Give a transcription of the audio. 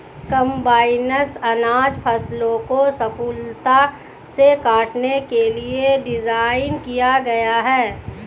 combines अनाज फसलों को कुशलता से काटने के लिए डिज़ाइन किया गया है